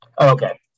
okay